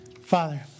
Father